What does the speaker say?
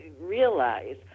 realize